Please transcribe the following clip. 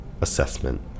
assessment